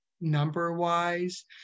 number-wise